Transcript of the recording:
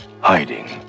hiding